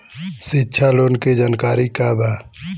शिक्षा लोन के जानकारी का बा?